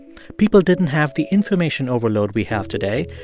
people didn't have the information overload we have today.